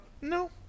No